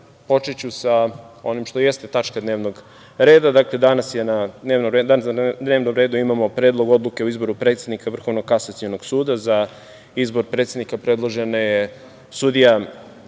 počeću sa onim što jeste tačka dnevnog reda. Dakle, danas na dnevnom redu imamo Predlog odluke o izboru predsednika Vrhovnog kasacionog suda. Za izbor predsednika predložena je sudija Jasmina